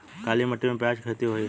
काली माटी में प्याज के खेती होई?